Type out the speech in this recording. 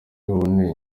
buboneye